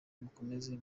mukomeze